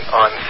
on